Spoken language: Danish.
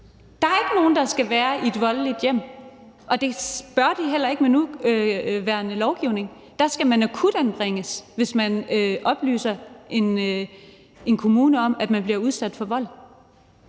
Der er ikke nogen, der skal være i et voldeligt hjem. Og det bør de heller ikke med den nuværende lovgivning; der skal man akutanbringes, hvis man oplyser en kommune om, at man bliver udsat for vold.